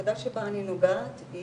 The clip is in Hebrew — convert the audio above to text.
הנקודה שבה אני נוגעת היא